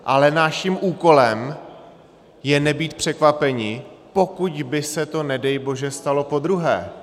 Ale naším úkolem je nebýt překvapeni, pokud by se to nedej bože stalo podruhé.